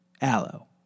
Aloe